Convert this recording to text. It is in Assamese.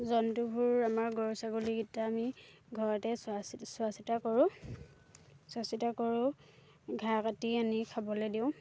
জন্তুবোৰ আমাৰ গৰু ছাগলীকেইটা আমি ঘৰতে চোৱা চিতা চোৱা চিতা কৰোঁ চোৱা চিতা কৰোঁ ঘাঁহ কাটি আনি খাবলৈ দিওঁ